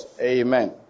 Amen